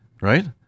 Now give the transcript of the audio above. right